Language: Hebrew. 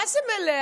מה זה מלאה?